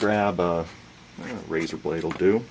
grab a razor blade will do